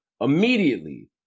immediately